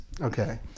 Okay